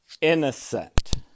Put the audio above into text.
innocent